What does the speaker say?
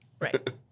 right